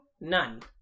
None